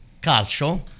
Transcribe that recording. calcio